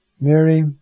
Mary